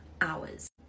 hours